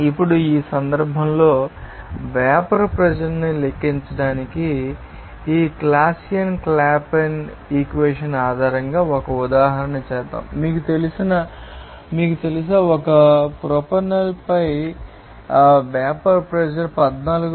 ఇప్పుడు ఈ సందర్భంలో వేపర్ ప్రెషర్ న్ని లెక్కించడానికి ఈ క్లాసియస్ క్లాపెరాన్ ఇక్వేషన్ ఆధారంగా ఒక ఉదాహరణ చేద్దాం మీకు తెలుసా 1 ప్రొపనాల్ పై వేపర్ ప్రెషర్ 14